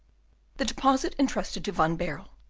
the deposit intrusted to van baerle,